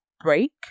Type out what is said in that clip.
break